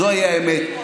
זוהי האמת,